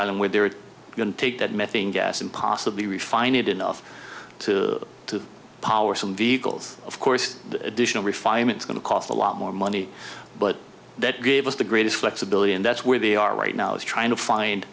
island where they're going to take that methane gas and possibly refine it enough to to power some vehicles of course additional refinements going to cost a lot more money but that gave us the greatest flexibility and that's where they are right now is trying to find